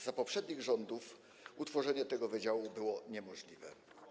Za poprzednich rządów utworzenie tego wydziału było niemożliwe.